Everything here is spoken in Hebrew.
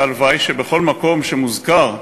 והלוואי שבכל מקום שמוזכר,